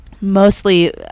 mostly